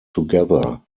together